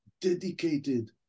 dedicated